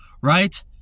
right